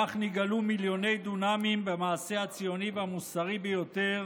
כך נגאלו מיליוני דונמים במעשה הציוני והמוסרי ביותר